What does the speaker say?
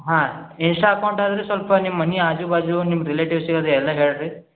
ಹಾಂ ಇನ್ಸ್ಟಾ ಅಕೌಂಟಲ್ ಸ್ವಲ್ಪ ನಿಮ್ಮ ಮನೆ ಆಜು ಬಾಜು ನಿಮ್ಮ ರೆಲೇಟಿವ್ಸಿಗೆ ಅದೆಲ್ಲ ಹೇಳ್ರಿ